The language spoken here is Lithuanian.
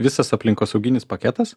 visas aplinkosauginis paketas